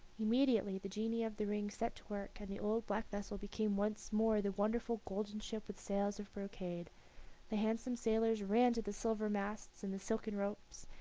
immediately the genii of the ring set to work, and the old black vessel became once more the wonderful golden ship with sails of brocade the handsome sailors ran to the silver masts and the silken ropes,